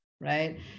right